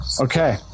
okay